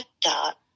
dot